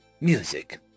music